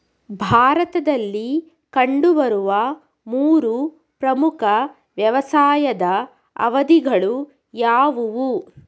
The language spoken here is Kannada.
ಭಾರತದಲ್ಲಿ ಕಂಡುಬರುವ ಮೂರು ಪ್ರಮುಖ ವ್ಯವಸಾಯದ ಅವಧಿಗಳು ಯಾವುವು?